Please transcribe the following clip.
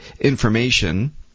information